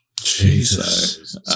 Jesus